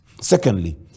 Secondly